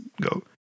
go